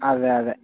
అదే అదే